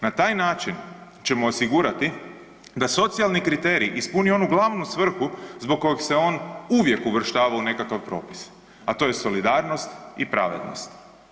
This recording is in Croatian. Na taj način ćemo osigurati da socijalni kriterij ispuni onu glavnu svrhu zbog kog se on uvijek uvrštavao u nekakav propis, a to je solidarnost i pravednost.